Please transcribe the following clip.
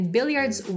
Billiards